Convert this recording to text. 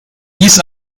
dies